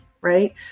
right